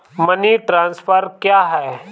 Money transfer क्या है?